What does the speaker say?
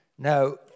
Now